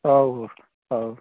ହଉ ହଉ